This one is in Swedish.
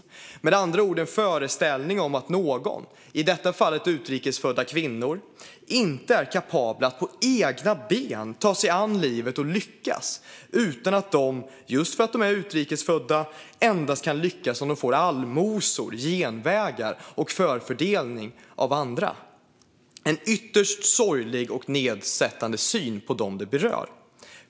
Det är med andra ord en föreställning om att människor, i detta fall utrikesfödda kvinnor, inte är kapabla att på egna ben ta sig an livet och lyckas utan att de, just för att de är utrikesfödda, endast kan lyckas om de får allmosor, genvägar och förfördelning av andra. Det är en ytterst sorglig och nedsättande syn på dem det berör.